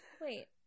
Wait